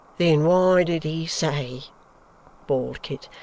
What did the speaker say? then why did he say bawled kit,